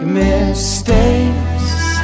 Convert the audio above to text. mistakes